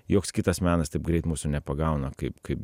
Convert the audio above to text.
joks kitas menas taip greit mūsų nepagauna kaip kaip